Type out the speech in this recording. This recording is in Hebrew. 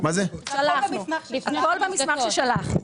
הכול במסך ששלחנו.